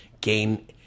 gain